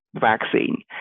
vaccine